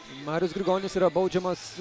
marius grigonis yra baudžiamas